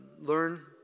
learn